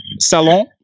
salon